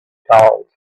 cold